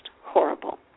horrible